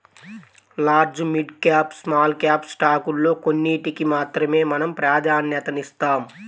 large, mid cap, small cap స్టాకుల్లో కొన్నిటికి మాత్రమే మనం ప్రాధన్యతనిస్తాం